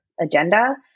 agenda